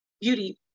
beauty